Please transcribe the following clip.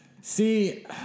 See